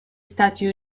stati